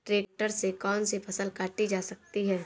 Tractor से कौन सी फसल काटी जा सकती हैं?